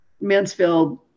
Mansfield